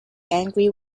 angry